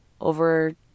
Over